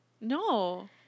No